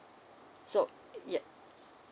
so yeap